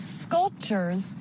sculptures